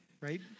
right